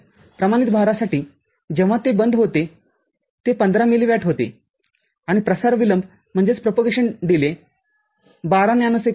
प्रमाणित भारासाठी जेव्हा ते बंद होते ते १५ मिली वॅट होते आणि प्रसार विलंब १२ नॅनो सेकंद होता